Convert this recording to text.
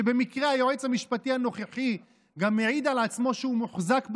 כשבמקרה היועץ המשפטי הנוכחי גם מעיד על עצמו שהוא מוחזק בגרון,